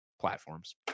platforms